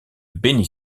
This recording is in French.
benny